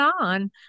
on